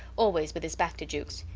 always with his back to jukes.